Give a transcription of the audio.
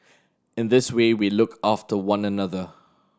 in this way we look after one another